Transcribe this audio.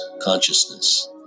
consciousness